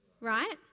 right